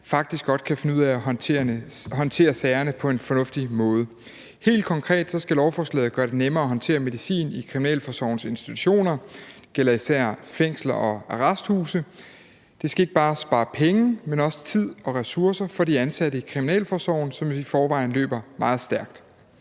faktisk godt kan finde ud af at håndtere sagerne på en fornuftig måde. Helt konkret skal lovforslaget gøre det nemmere at håndtere medicin i Kriminalforsorgens institutioner, det gælder især fængsler og arresthuse. Det skal ikke bare spare penge, men også tid og ressourcer for de ansatte i Kriminalforsorgen, som i forvejen løber meget stærkt.